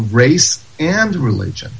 race and religion